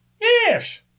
Yes